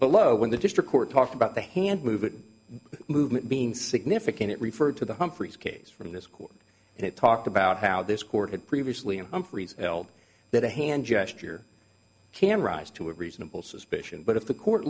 but low when the district court talked about the hand moving movement being significant it referred to the humphreys case from this court and it talked about how this court had previously humphrey's held that a hand gesture can rise to a reasonable suspicion but if the court